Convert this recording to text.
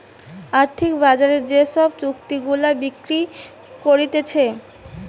আর্থিক বাজারে যে সব চুক্তি গুলা বিক্রি হতিছে